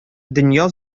дөнья